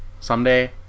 Someday